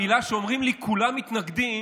המילה שאומרים לי, "כולם מתנגדים"